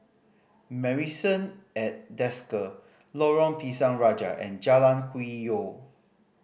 Marrison at Desker Lorong Pisang Raja and Jalan Hwi Yoh